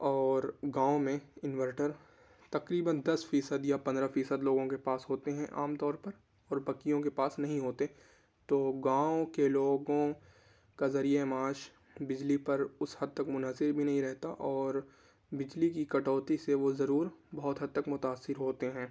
اور گاؤں میں انورٹر تقریباََ دس فیصد یا پندرہ فیصد لوگوں کے پاس ہوتے ہیں عام طور پر اور باقیوں کے پاس نہیں ہوتے تو گاؤں کے لوگوں کا ذریعۂ معاش بجلی پر اس حد تک منحصر بھی نہیں رہتا اور بجلی کی کٹوتی سے وہ ضرور بہت حد تک متاثر ہوتے ہیں